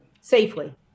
safely